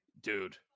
Dude